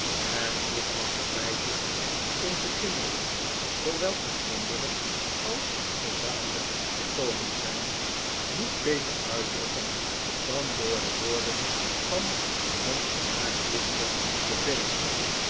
en ik mag er bijvoegen onze kinderen zoowel afzonderlijk als gezamenlijk gekomen zijn niet beter uitdrukken dan door de woorden van een vermaard dichter te bezigen